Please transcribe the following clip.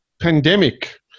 pandemic